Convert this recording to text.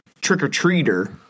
trick-or-treater